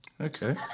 Okay